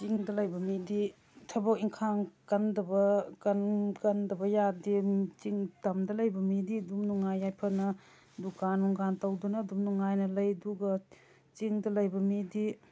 ꯆꯤꯡꯗ ꯂꯩꯕ ꯃꯤꯗꯤ ꯊꯕꯛ ꯏꯟꯈꯥꯡ ꯀꯟꯗꯕ ꯀꯟꯗꯕ ꯌꯥꯗꯦ ꯇꯝꯗ ꯂꯩꯕ ꯃꯤꯗꯤ ꯑꯗꯨꯝ ꯅꯨꯡꯉꯥꯏ ꯌꯥꯏꯐꯅ ꯗꯨꯀꯥꯟ ꯅꯨꯡꯒꯥꯟ ꯇꯧꯗꯨꯅ ꯑꯗꯨꯝ ꯅꯨꯡꯉꯥꯏꯅ ꯂꯩ ꯑꯗꯨꯒ ꯆꯤꯡꯗ ꯂꯩꯕ ꯃꯤꯗꯤ